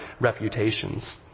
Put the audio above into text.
reputations